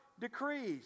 decrees